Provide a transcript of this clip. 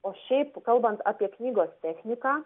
o šiaip kalbant apie knygos techniką